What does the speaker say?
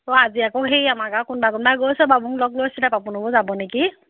অঁ আজি আকৌ সেই আমাৰ গাঁৱৰ কোনোবা কোনোবা গৈছে বাৰু মোক লগ লৈছিলে পাপু নবৌ যাব নেকি